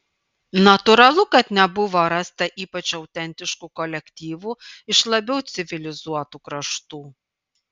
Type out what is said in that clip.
natūralu kad nebuvo rasta ypač autentiškų kolektyvų iš labiau civilizuotų kraštų